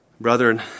Brethren